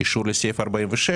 אישור לעניין סעיף 46,